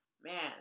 Man